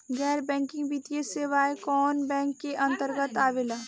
गैर बैंकिंग वित्तीय सेवाएं कोने बैंक के अन्तरगत आवेअला?